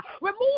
Remove